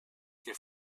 que